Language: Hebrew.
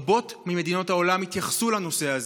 רבות ממדינות העולם התייחסו לנושא הזה.